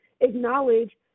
acknowledge